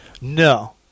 No